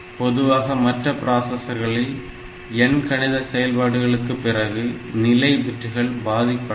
பொதுவாக மற்ற பிராசஸர்களில் எண்கணித செயல்பாடுகளுக்கு பிறகு நிலை பிட்கள் பாதிப்படையும்